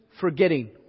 Forgetting